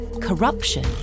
corruption